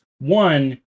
one